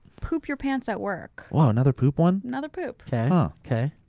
poop your pants at work. whoa, another poop one. another poop. okay, okay.